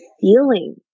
feeling